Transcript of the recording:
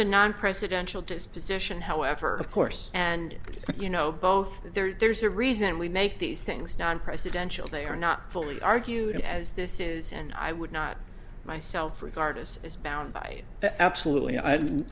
a non presidential disposition however of course and you know both that there's a reason we make these things non presidential they are not fully argued as this is and i would not myself regard as is bound by that absolutely